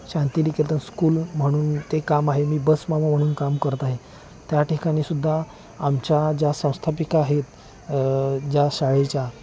Shantiniketan school म्हणून ते काम आहे मी बस मामा म्हणून काम करत आहे त्या ठिकाणीसुद्धा आमच्या ज्या संस्थापिका आहेत ज्या शाळेच्या